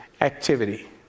activity